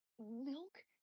milk